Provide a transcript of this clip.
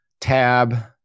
tab